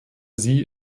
sie